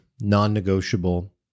non-negotiable